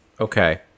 Okay